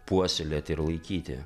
puoselėti ir laikyti